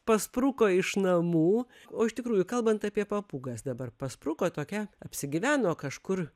paspruko iš namų o iš tikrųjų kalbant apie papūgas dabar paspruko tokia apsigyveno kažkur